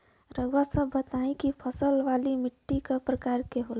रउआ सब बताई कि फसल वाली माटी क प्रकार के होला?